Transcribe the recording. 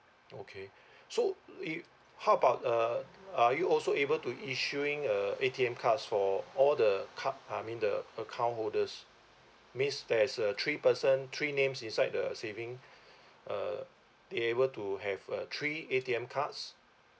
okay so if how about uh are you also able to issuing a A_T_M cards for all the card I mean the account holders means there is a three person three names inside the the saving uh they're able to have a three A_T_M cards